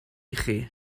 chi